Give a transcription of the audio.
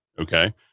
Okay